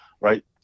right